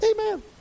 amen